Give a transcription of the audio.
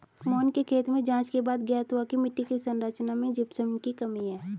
मोहन के खेत में जांच के बाद ज्ञात हुआ की मिट्टी की संरचना में जिप्सम की कमी है